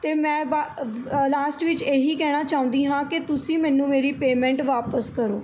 ਅਤੇ ਮੈਂ ਬਾ ਲਾਸਟ ਵਿੱਚ ਇਹੀ ਕਹਿਣਾ ਚਾਹੁੰਦੀ ਹਾਂ ਕਿ ਤੁਸੀਂ ਮੈਨੂੰ ਮੇਰੀ ਪੇਮੈਂਟ ਵਾਪਸ ਕਰੋ